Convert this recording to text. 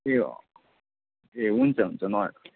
ए ए हुन्छ हुन्छ नआत्तिनु